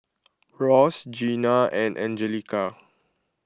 Ross Gina and Angelica